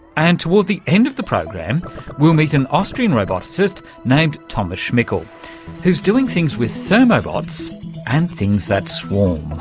and toward the end of the program we'll meet an austrian roboticist named thomas shmickle who's doing things with thermobots and things that swarm.